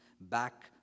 back